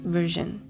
Version 。